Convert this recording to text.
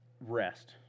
rest